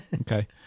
Okay